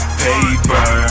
paper